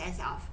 instead of